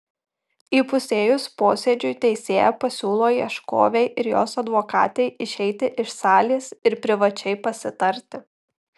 įpusėjus posėdžiui teisėja pasiūlo ieškovei ir jos advokatei išeiti iš salės ir privačiai pasitarti